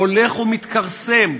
הולך ומתכרסם,